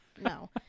No